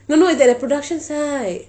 no no is that a production site